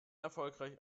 erfolgreich